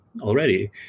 already